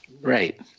Right